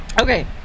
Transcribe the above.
Okay